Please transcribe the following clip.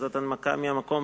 שזו הנמקה מהמקום,